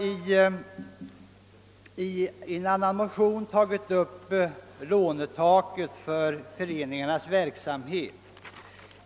I en annan motion har vi tagit upp lånetaket för föreningarnas verksamhet.